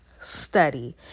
study